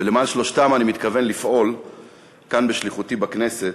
ולמען שלושתם אני מתכוון לפעול כאן בשליחותי בכנסת.